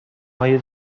های